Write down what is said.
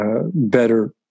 Better